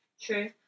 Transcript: True